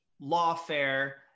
lawfare